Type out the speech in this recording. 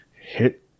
hit